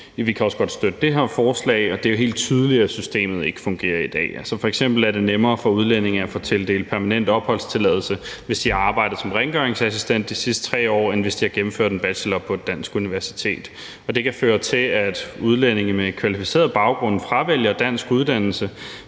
vi kan også godt støtte det her forslag. Det er jo helt tydeligt, at systemet ikke fungerer i dag. Altså, f.eks. er det nemmere for udlændinge at få tildelt permanent opholdstilladelse, hvis de har arbejdet som rengøringsassistent de sidste 3 år, end hvis de har gennemført en bachelor på et dansk universitet. Det kan føre til, at udlændinge med en kvalificeret baggrund fravælger en dansk uddannelse,